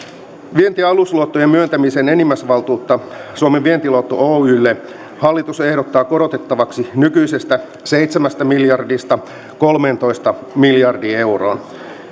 vienti ja alusluottojen myöntämisen enimmäisvaltuutta suomen vientiluotto oylle hallitus ehdottaa korotettavaksi nykyisestä seitsemästä miljardista kolmeentoista miljardiin euroon